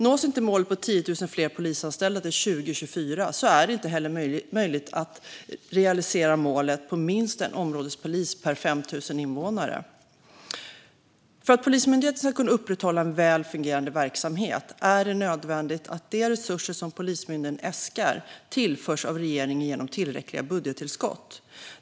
Nås inte målet på 10 000 fler polisanställda till 2024 är det inte heller möjligt att realisera målet på minst en områdespolis per 5 000 invånare. För att Polismyndigheten ska kunna upprätthålla en väl fungerande verksamhet är det nödvändigt att de resurser som Polismyndigheten äskar tillförs av regeringen genom tillräckliga budgettillskott.